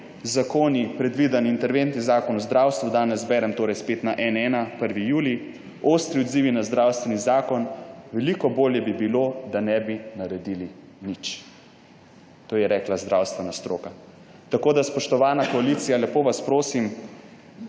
zakoni predviden interventni zakon o zdravstvu, danes berem torej spet na N1, 1. julij, Ostri odzivi na zdravstveni zakon: Veliko bolje bi bilo, da ne bi naredili nič. To je rekla zdravstvena stroka. Tako da, spoštovana koalicija, lepo vas prosim,